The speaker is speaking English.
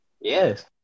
yes